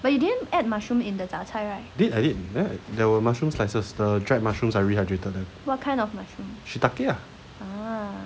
I did I did there there were mushroom slices the dried mushrooms I rehydrated ah